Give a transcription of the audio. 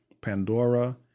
Pandora